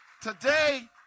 Today